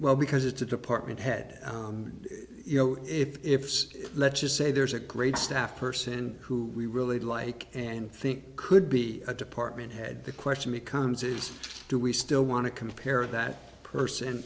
well because it's a department head and you know if so let's just say there's a great staff person who we really like and think could be a department head the question becomes is do we still want to compare that person